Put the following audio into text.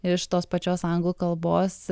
iš tos pačios anglų kalbos